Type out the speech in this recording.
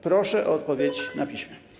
Proszę o odpowiedź na piśmie.